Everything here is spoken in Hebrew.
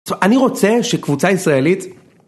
אני רוצה שקבוצה ישראלית...